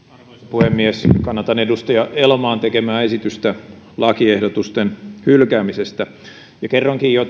puhemies kannatan edustaja elomaan tekemää esitystä lakiehdotusten hylkäämisestä kerroinkin jo